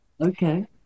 Okay